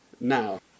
now